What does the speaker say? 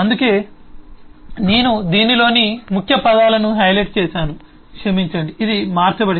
అందుకే నేను దీనిలోని ముఖ్య పదాలను హైలైట్ చేసాను క్షమించండి ఇది మార్చబడింది